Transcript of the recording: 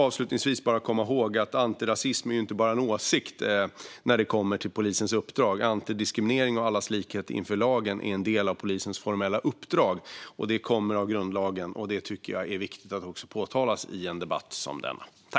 Avslutningsvis ska vi också komma ihåg att antirasism inte bara är en åsikt när det kommer till polisens uppdrag, utan antidiskriminering och allas likhet inför lagen är en del av polisens formella uppdrag. Det kommer av grundlagen, och jag tycker att det är viktigt att detta påpekas i en debatt som denna.